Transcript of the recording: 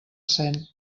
cent